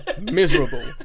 miserable